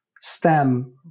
stem